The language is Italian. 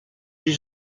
gli